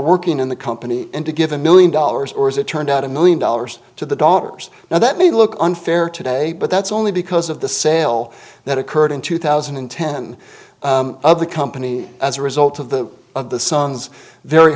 working in the company and to give a million dollars or as it turned out a million dollars to the dollars now that may look unfair today but that's only because of the sale that occurred in two thousand and ten of the company as a result of the of the sons very